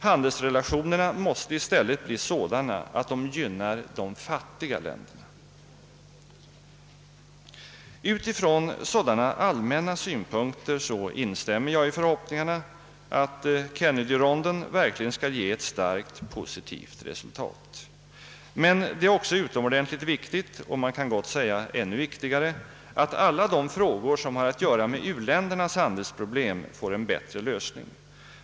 Handelsrelationerna måste bli sådana att de gynnar de fattiga länderna. Utifrån sådana allmänna synpunkter instämmer jag i förhoppningarna att Kennedyronden verkligen skall ge ett starkt positivt resultat. Men det är också utomordentligt viktigt — man kan gott säga ännu viktigare — att alla de frågor som har att göra med u-ländernas handelsproblem får en bättre lösning.